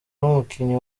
n’umukinnyi